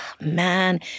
man